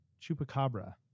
Chupacabra